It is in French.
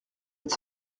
êtes